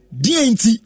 DNT